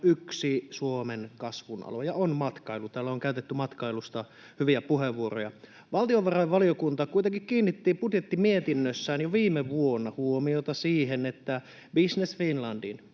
yksi Suomen kasvun aloja on matkailu — täällä on käytetty matkailusta hyviä puheenvuoroja. Valtiovarainvaliokunta kuitenkin kiinnitti budjettimietinnössään jo viime vuonna huomiota siihen, että Business Finlandin